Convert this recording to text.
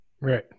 Right